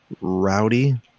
rowdy